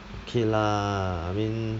okay lah I mean